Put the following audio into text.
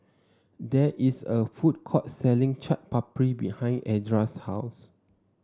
there is a food court selling Chaat Papri behind Edra's house